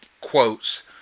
quotes